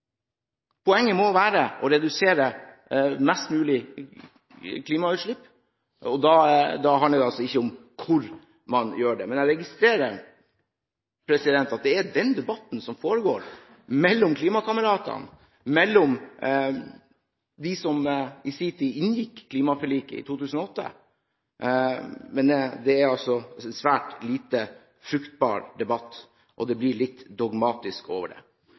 Poenget må være mest mulig å redusere klimautslipp, og da handler det altså ikke om hvor man gjør det. Men jeg registrerer at det er den debatten som foregår mellom klimakameratene, mellom dem som i sin tid inngikk klimaforliket i 2008. Men det er altså en svært lite fruktbar debatt, og det blir noe litt dogmatisk over